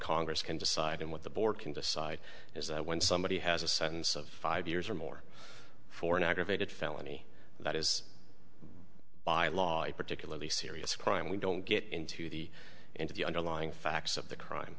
congress can decide and what the board can decide is that when somebody has a sentence of five years or more for an aggravated felony that is by law and particularly serious crime we don't get into the into the underlying facts of the crime